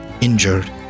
injured